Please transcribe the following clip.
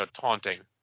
taunting